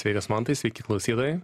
sveikas mantai sveiki klausytojai